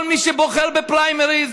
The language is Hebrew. כל מי שבוחר בפריימריז,